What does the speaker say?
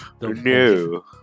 No